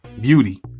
Beauty